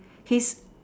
he's